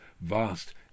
vast